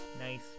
Nice